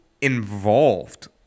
involved